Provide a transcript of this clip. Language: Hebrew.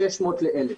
בדקנו